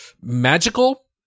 magical